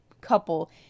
couple